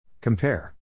Compare